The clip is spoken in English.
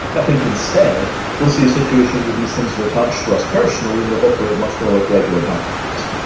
i think instead we will see a situation where these things are attached to us personally and they will operate much more like regular bank accounts.